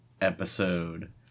episode